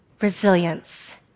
resilience